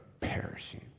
perishing